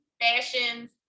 Fashions